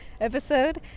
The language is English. episode